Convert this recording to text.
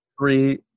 Three